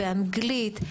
באנגלית.